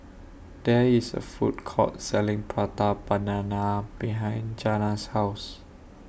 There IS A Food Court Selling Prata Banana behind Jana's House